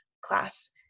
class